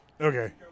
Okay